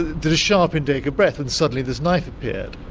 did a sharp intake of breath when suddenly this knife appeared.